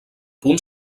punt